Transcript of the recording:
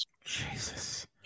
Jesus